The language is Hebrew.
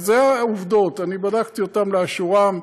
אלה העובדות, אני בדקתי אותן לאשורן,